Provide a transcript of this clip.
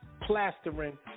plastering